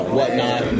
whatnot